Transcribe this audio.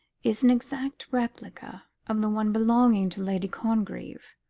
is an exact replica of the one belonging to lady congreve,